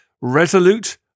resolute